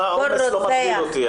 --- לא, העומס לא מטריד אותי.